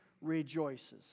rejoices